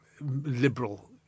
liberal